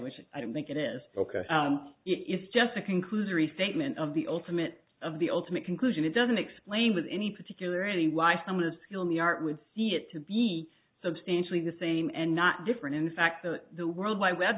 which i don't think it is ok it's just a conclusory statement of the ultimate of the ultimate conclusion it doesn't explain with any particular any why some are still in the art would see it to be substantially the same and not different in fact that the world wide web